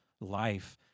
life